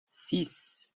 six